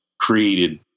created